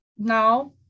Now